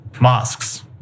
mosques